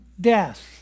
death